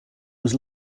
was